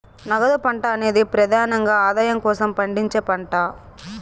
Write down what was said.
నగదు పంట అనేది ప్రెదానంగా ఆదాయం కోసం పండించే పంట